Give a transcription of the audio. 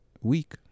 week